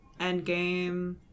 Endgame